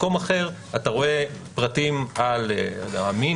במקום אחר אתה רואה פרטים על המין,